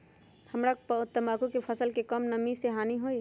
हमरा तंबाकू के फसल के का कम नमी से हानि होई?